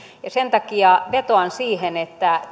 ja sen takia vetoan siihen että